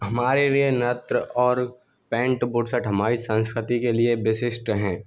हमारे लिए नत्र और पेंट बुसट हमारी संस्कृति के लिए विशिष्ट हैं